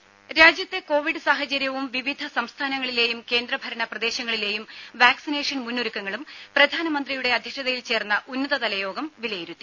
രംഭ രാജ്യത്തെ കൊവിഡ് സാഹചര്യവും വിവിധ സംസ്ഥാന ങ്ങളിലെയും കേന്ദ്രഭരണ ക്രദേശങ്ങളിലെയും വാക്സിനേഷൻ മുന്നൊരുക്കങ്ങളും പ്രധാനമന്ത്രിയുടെ അധ്യക്ഷതയിൽ ചേർന്ന ഉന്നതതലയോഗം വിലയിരുത്തി